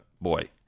boy